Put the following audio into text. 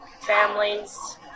families